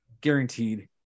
Guaranteed